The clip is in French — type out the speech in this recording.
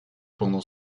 pendant